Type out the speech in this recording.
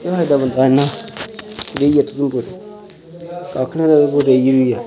केह् फायदा बंदे दा इ'न्ना रेहियै उधमपुर कक्ख बी निं रेहियै